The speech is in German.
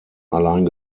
allein